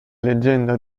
leggenda